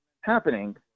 happening